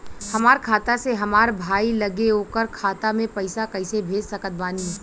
हमार खाता से हमार भाई लगे ओकर खाता मे पईसा कईसे भेज सकत बानी?